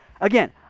again